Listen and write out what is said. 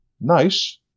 nice